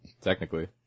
Technically